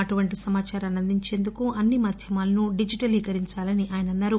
అటువంటి సమాచారాన్ని అందించేందుకు అన్నీ మాధ్యమాలను డిజిటల్ సేకరించాలని ఆయన అన్నారు